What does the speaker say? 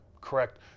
Correct